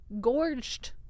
gorged